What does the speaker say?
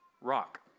rock